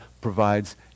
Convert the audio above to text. provides